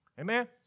Amen